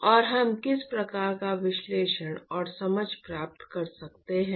और हम किस प्रकार का विश्लेषण और समझ प्राप्त कर सकते हैं